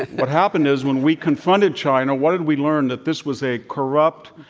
what happened is, when we confronted china, what did we learn? that this was a corrupt,